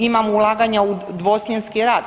Imamo ulaganja u dvosmjenski rad.